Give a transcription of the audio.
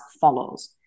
follows